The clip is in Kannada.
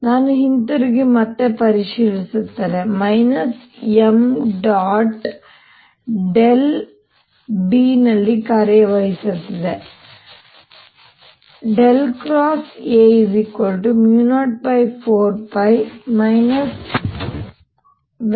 ನಾನು ಹಿಂತಿರುಗಿ ಮತ್ತು ಪರಿಶೀಲಿಸುತ್ತೇನೆ minus m dot del B ನಲ್ಲಿ ಕಾರ್ಯನಿರ್ವಹಿಸುತ್ತದೆ A04π m